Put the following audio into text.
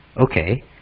Okay